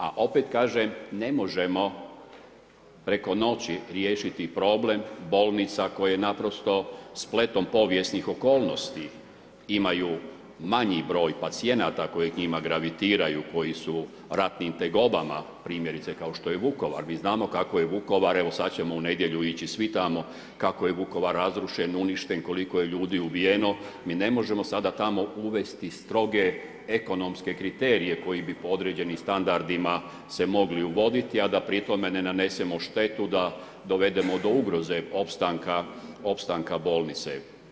A opet kažem, ne možemo preko noći riješiti problem bolnica koje naprosto spletom povijesnih okolnosti imaju manji broj pacijenata koji njima gravitiraju, koji su u ratnim tegobama, primjerice kao što je Vukovar, mi znamo kako je Vukovar, evo sada ćemo u nedjelju ići svi tamo, kako je Vukovar razrušen, uništen, koliko je ljudi ubijeno, mi ne možemo sada tamo uvesti stroge ekonomske kriterije koji bi po određenim standardima se mogli uvoditi, a da pri tome ne nanesemo štetu da dovedemo do ugroze opstanka bolnice.